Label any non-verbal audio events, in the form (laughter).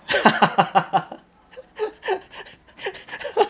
(laughs)